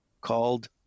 called